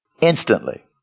Instantly